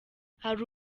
hari